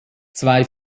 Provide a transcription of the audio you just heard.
zwei